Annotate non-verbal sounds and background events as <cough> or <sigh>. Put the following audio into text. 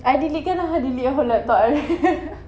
I deletekan ah I delete your whole laptop <laughs>